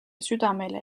südamele